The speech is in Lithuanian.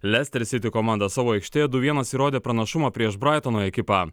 lestresiti komanda savo aikštėje du vienas įrodė pranašumą prieš braitono ekipą